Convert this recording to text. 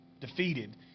defeated